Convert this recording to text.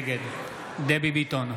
נגד דבי ביטון,